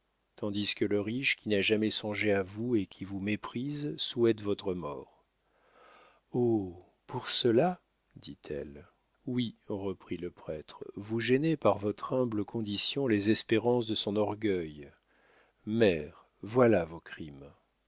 tandis que le riche qui n'a jamais songé à vous et qui vous méprise souhaite votre mort oh pour cela dit-elle oui reprit le prêtre vous gênez par votre humble condition les espérances de son orgueil mère voilà vos crimes